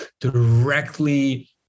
directly